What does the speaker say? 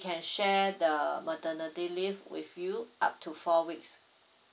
can share the maternity leave with you up to four weeks